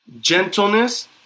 gentleness